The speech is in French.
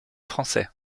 français